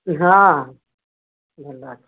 ହଁ ଭଲ ଅଛି